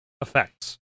effects